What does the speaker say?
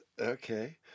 Okay